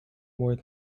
more